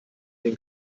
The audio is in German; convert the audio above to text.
den